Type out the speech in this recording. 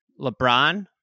lebron